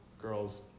girls